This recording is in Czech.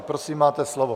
Prosím, máte slovo.